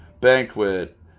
banquet